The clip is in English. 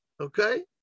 Okay